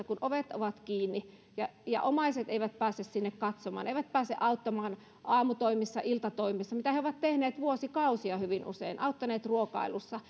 kun ovet ovat kiinni ja ja omaiset eivät pääse sinne katsomaan eivät pääse auttamaan aamutoimissa iltatoimissa mitä he ovat tehneet vuosikausia hyvin usein auttaneet ruokailussa